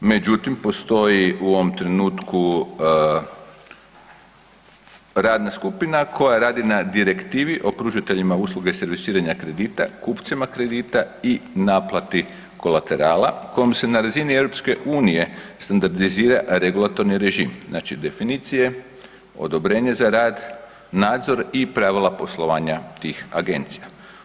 Međutim, postoji u ovom trenutku radna skupina koja radi na Direktivi o pružateljima usluge servisiranja kredita kupcima kredita i naplati kolaterala kojom se na razini EU standardizira regulatorni režim, znači definicije, odobrenje za rad, nadzor i pravila poslovanja tih agencija.